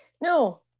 No